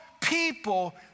people